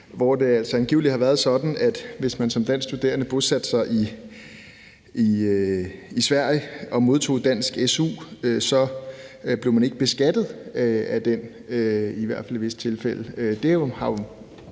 hvor det angiveligt har været sådan, at hvis man som dansk studerende bosatte sig i Sverige og modtog dansk su, blev man ikke beskattet af den, i hvert fald i visse tilfælde. Det må